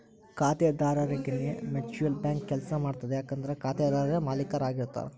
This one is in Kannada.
ಖಾತೆದಾರರರಿಗೆನೇ ಮ್ಯೂಚುಯಲ್ ಬ್ಯಾಂಕ್ ಕೆಲ್ಸ ಮಾಡ್ತದ ಯಾಕಂದ್ರ ಖಾತೆದಾರರೇ ಮಾಲೇಕರಾಗಿರ್ತಾರ